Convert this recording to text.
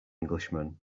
englishman